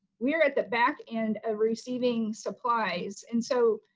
we are at the back end of receiving supplies. and so,